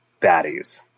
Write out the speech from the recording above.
baddies